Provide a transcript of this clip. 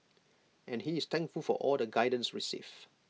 and he is thankful for all the guidance received